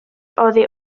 oddi